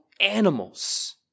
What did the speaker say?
animals